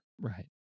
right